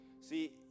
See